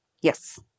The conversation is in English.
Yes